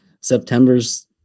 September's